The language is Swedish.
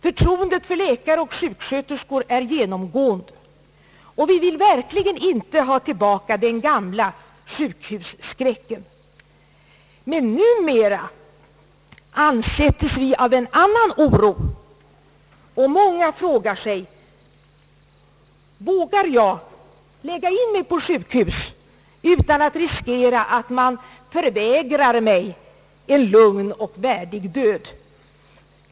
Förtroendet för läkare och sjuksköterskor är genomgående, och vi vill verkligen inte ha tillbaka den gamla sjukhusskräcken. Men numera ansättes vi av en annan oro, och många frågar sig: Vågar jag lägga in mig på sjukhus utan att riskera att man förvägrar mig en lugn och värdig död?